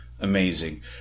Amazing